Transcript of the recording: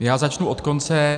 Já začnu od konce.